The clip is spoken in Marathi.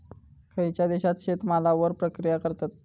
खयच्या देशात शेतमालावर प्रक्रिया करतत?